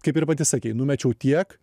kaip ir pati sakei numečiau tiek